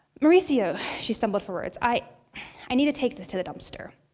mauricio. she stumbled for words. i i need to take this to the dumpster.